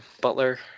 Butler